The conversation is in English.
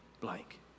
blank